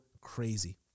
crazy